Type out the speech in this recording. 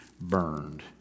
burned